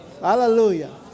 Hallelujah